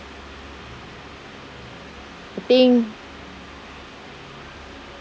think